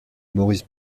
maurice